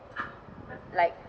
like